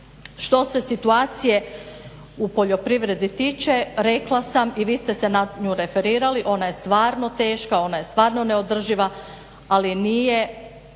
Što se situacije u poljoprivredi tiče, rekla sam i vi ste se na nju referirali, ona je stvarno teška, ona je stvarno neodrživa ali nije